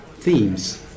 themes